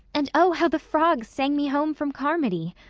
and oh, how the frogs sang me home from carmody!